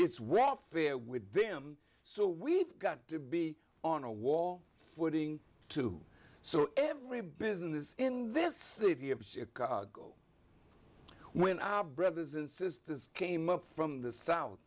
it's welfare with them so we've got to be on a war footing to so every business in this city of chicago when our brothers and sisters came up from the south